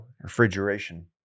refrigeration